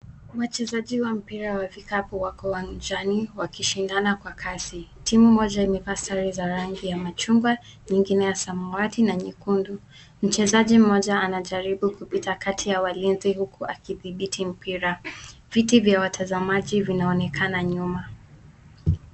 Wachezaji wa mpira wa kikapu wako uwanjani wakishindana kwa kasi. Timu moja imevaa sare za rangi ya machungwa, nyingine ya samawati na nyekundu. Mchezaji mmoja anajaribu kupita kati ya walinzi huku akidhibiti mpira. Viti vya watazamaji vinaonekana nyuma.